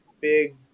big